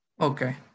Okay